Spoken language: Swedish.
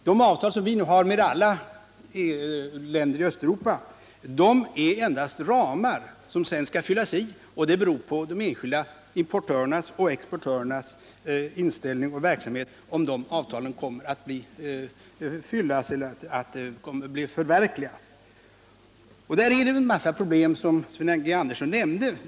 De avtal vi har med länder i Östeuropa är endast ramar som sedan skall fyllas, och resultatet beror på de enskilda importörernas och exportörernas inställning till handelsmöjligheterna. I handeln med Östeuropa uppstår en massa problem, vilket Sven Andersson nämnde.